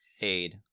aid